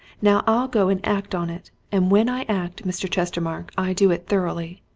now i'll go and act on it. and when i act, mr. chestermarke, i do it thoroughly!